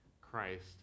Christ